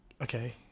okay